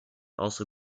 also